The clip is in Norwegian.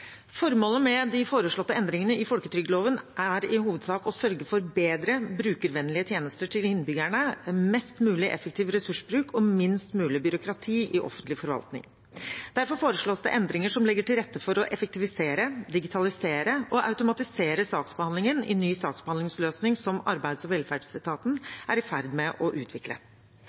bedre, brukervennlige tjenester til innbyggerne, mest mulig effektiv ressursbruk og minst mulig byråkrati i offentlig forvaltning. Derfor foreslås det endringer som legger til rette for å effektivisere, digitalisere og automatisere saksbehandlingen i ny saksbehandlingsløsning som arbeids- og velferdsetaten er i ferd med å utvikle.